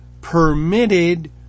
permitted